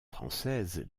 française